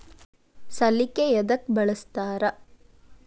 ಸಲಿಕೆ ಯದಕ್ ಬಳಸ್ತಾರ?